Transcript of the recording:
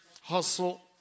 Hustle